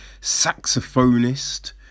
saxophonist